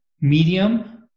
medium